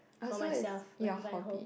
oh so is your hobby